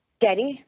Daddy